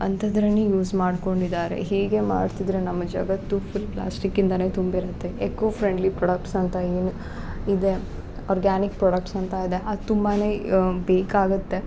ಅತಂದ್ರನ್ನೆ use ಮಾಡ್ಕೊಂಡು ಇದಾರೆ ಹೀಗೆ ಮಾಡ್ತಿದ್ದರೆ ನಮ್ಮ ಜಗತ್ತು ಫುಲ್ ಪ್ಲಾಸ್ಟಿಕ್ ಇಂದನೆ ತುಂಬಿರುತ್ತೆ ಎಕೋ ಫ್ರೆಂಡ್ಲಿ ಪ್ರೊಡಕ್ಟ್ಸ್ ಅಂತ ಏನು ಇದೆ ಅರ್ಗ್ಯಾನಿಕ್ ಪ್ರೊಡಕ್ಟ್ಸ್ ಅಂತ ಇದೆ ಅದು ತುಂಬಾನೇ ಬೇಕಾಗುತ್ತೆ